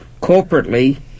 corporately